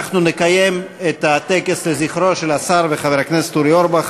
אנחנו נקיים את הטקס לזכרו של השר וחבר הכנסת אורי אורבך,